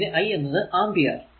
പിന്നെ i എന്നത് ampere